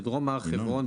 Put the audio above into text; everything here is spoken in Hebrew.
בדרום הר חברון,